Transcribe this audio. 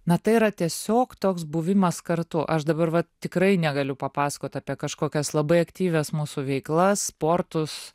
na tai yra tiesiog toks buvimas kartu aš dabar vat tikrai negaliu papasakot apie kažkokias labai aktyvias mūsų veiklas sportus